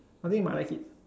I mean you might like it